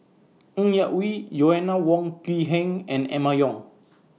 Ng Yak Whee Joanna Wong Quee Heng and Emma Yong